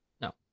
No